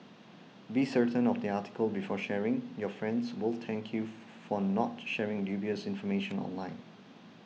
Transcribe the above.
be certain of the article before sharing your friends will thank you for not sharing dubious information online